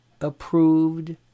approved